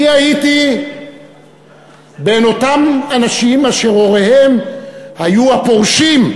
אני הייתי בין אותם אנשים אשר הוריהם היו "הפורשים"